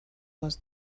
was